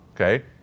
Okay